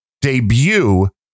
debut